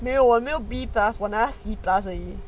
没有我没有 B plus 我拿到 C plus 而已